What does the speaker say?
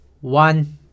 One